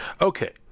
okay